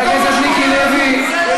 חבר הכנסת מיקי לוי, תודה.